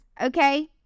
okay